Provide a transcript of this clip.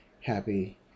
happy